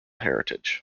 heritage